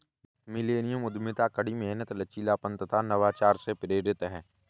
millennium उद्यमिता कड़ी मेहनत, लचीलापन तथा नवाचार से प्रेरित है